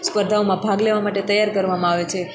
સ્પર્ધાઓમાં ભાગ લેવા માટે તૈયાર કરવામાં આવે છે